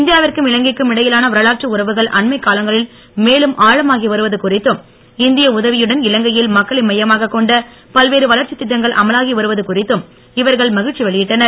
இந்தியாவிற்கும் இலங்கைக்கும் இடையிலான வரலாற்று உறவுகள் அண்மைக் காலங்களில் மேலும் ஆழமாகி வருவது குறித்தும் இந்திய உதவியுடன் இலங்கையில் மக்களை மையமாக கொண்ட பல்வேறு வளர்ச்சி திட்டங்கள் அமலாகி வருவதும் குறித்தும் இவர்கள் மகிழ்ச்சி வெளியிட்டனர்